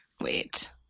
wait